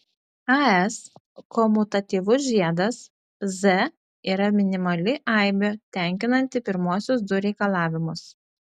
as komutatyvus žiedas z yra minimali aibė tenkinanti pirmuosius du reikalavimus